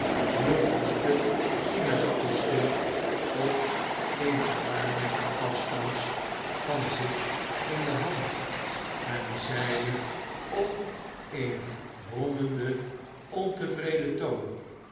een stukje sinaasappel schil op eene armlengte af stands van zich in de hand en zeide op een brommenden ontevreden toon